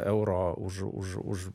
euro už už už